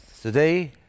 today